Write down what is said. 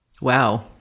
Wow